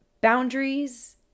boundaries